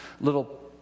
little